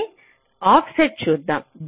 అయితే ఆఫ్సెట్ చూద్దాం